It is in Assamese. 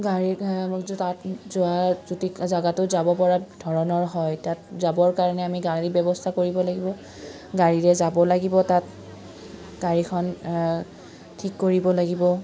গাড়ী তাত যোৱা যদি জাগাটো যাব পৰা ধৰণৰ হয় তাত যাবৰ কাৰণে আমি গাড়ীৰ ব্যৱস্থা কৰিব লাগিব গাড়ীৰে যাব লাগিব তাত গাড়ীখন ঠিক কৰিব লাগিব